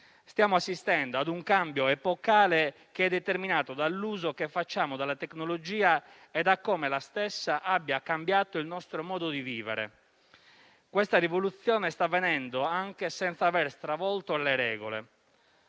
Stiamo assistendo a un cambio epocale determinato dall'uso della tecnologia e da come la stessa abbia cambiato il nostro modo di vivere. Questa rivoluzione sta avvenendo anche senza aver stravolto le regole.